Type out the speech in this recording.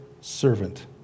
servant